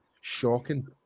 shocking